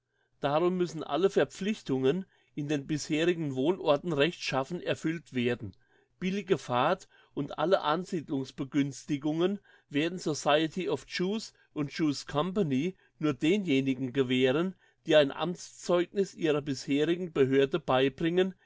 darum müssen alle verpflichtungen in den bisherigen wohnorten rechtschaffen erfüllt werden billige fahrt und alle ansiedelungsbegünstigungen werden society of jews und jewish company nur denjenigen gewähren die ein amtszeugniss ihrer bisherigen behörden beibringen